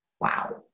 wow